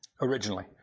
Originally